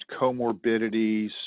comorbidities